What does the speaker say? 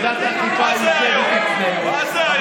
מה זה?